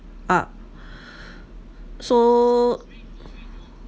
but so